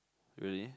really